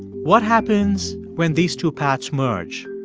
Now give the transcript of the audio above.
what happens when these two paths merge?